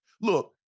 Look